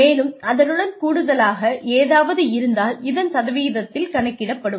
மேலும் அதனுடன் கூடுதலாக ஏதாவது இருந்தால் இதன் சதவீதத்தில் கணக்கிடப்படும்